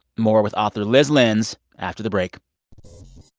more with author lyz lenz after the break